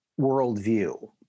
worldview